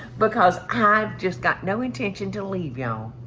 because i've just got no intention to leave y'all.